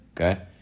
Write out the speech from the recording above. okay